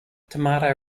tomato